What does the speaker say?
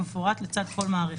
כמפורט לצד כל מערכת: